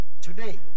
today